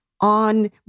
on